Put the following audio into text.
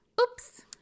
Oops